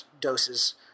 doses